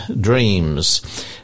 dreams